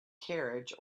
carriage